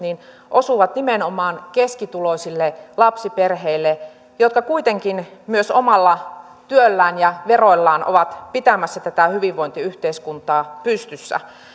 osuvat nimenomaan keskituloisille lapsiperheille jotka kuitenkin myös omalla työllään ja veroillaan ovat pitämässä tätä hyvinvointiyhteiskuntaa pystyssä